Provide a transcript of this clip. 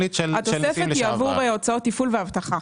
והתוספת היא עבור הוצאות תפעול ואבטחה.